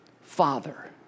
Father